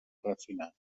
refinar